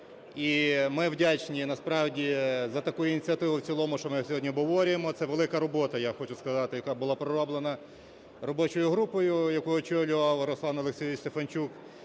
І ми вдячні насправді за таку ініціативу в цілому, що ми сьогодні обговорюємо. Це велика робота, я хочу сказати, яка була пророблена робочою групою, яку очолював Руслан Олексійович Стефанчук.